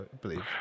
believe